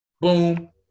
Boom